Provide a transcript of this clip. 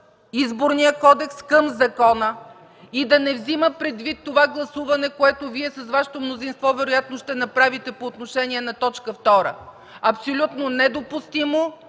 Изборния кодекс, към закона, и да не взема предвид това гласуване, което Вие с Вашето мнозинство вероятно ще направите по отношение на точка втора – абсолютно недопустимо,